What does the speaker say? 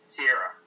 Sierra